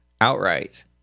outright